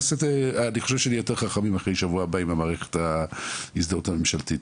אני חושב שנהיה יותר חכמים אחרי שבוע הבא עם מערכת ההזדהות הממשלתית.